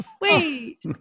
Wait